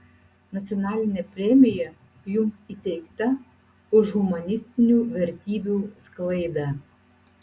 nacionalinė premija jums įteikta už humanistinių vertybių sklaidą